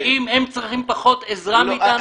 האם הם צריכים פחות עזרה מאיתנו?